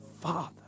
Father